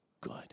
good